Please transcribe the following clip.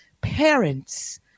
parents